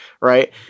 Right